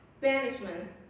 banishment